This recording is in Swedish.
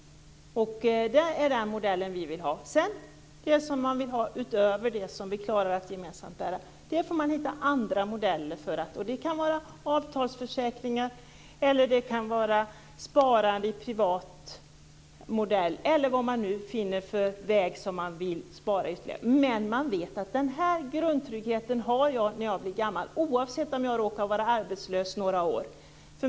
Det är den modellen vi vill ha. Vad man vill ha utöver det vi gemensamt klarar av att bära finns det andra modeller för. Det kan vara avtalsförsäkringar, sparande i privat modell eller vad man nu finner för väg att spara. Men med vårt system vet jag att jag har grundtryggheten när jag blir gammal oavsett om jag råkat vara arbetslös några år.